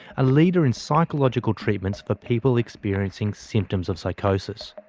a leader in psychological treatments for people experiencing symptoms of psychosis.